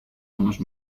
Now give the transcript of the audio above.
unos